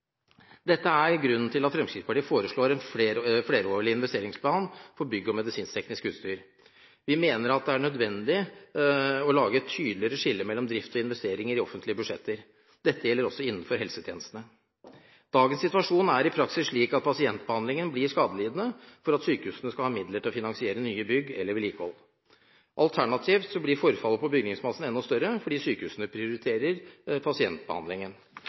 Dette er grunnet til at Fremskrittspartiet foreslår en flerårig investeringsplan for bygg og medisinskteknisk utstyr. Vi mener det er nødvendig å lage et tydeligere skille mellom drift og investeringer i offentlige budsjetter. Dette gjelder også innenfor helsetjenesten. Dagens situasjon er i praksis slik at pasientbehandlingen blir skadelidende for at sykehusene skal ha midler til å finansiere nye bygg eller vedlikehold. Alternativt blir forfallet på bygningsmassen enda større, fordi sykehusene prioriterer